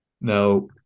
Now